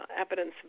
evidence